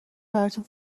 براتون